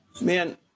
Man